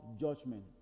judgment